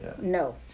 no